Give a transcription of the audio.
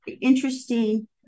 interesting